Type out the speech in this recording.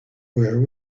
where